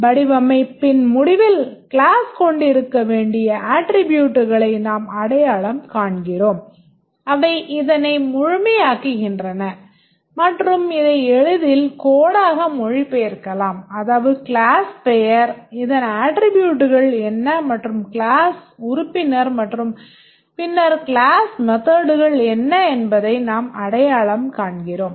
வடிவமைப்பின் முடிவில் கிளாஸ் கொண்டிருக்க வேண்டிய அட்ட்ரிபூட்க்களை நாம் அடையாளம் காண்கிறோம் அவை இதனை முழுமையாக்குகின்றன மற்றும் இதை எளிதில் code ஆக மொழிபெயர்க்கலாம் அதாவது கிளாஸ் பெயர் இதன் அட்ட்ரிபூட்ஸ் என்ன மற்றும் கிளாஸ் உறுப்பினர் மற்றும் பின்னர் கிளாஸ் methodகள் என்ன என்பதை நாம் அடையாளம் காண்கிறோம்